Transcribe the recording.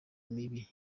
mibi